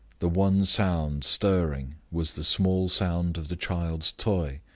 the one sound stirring was the small sound of the child's toy,